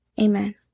amen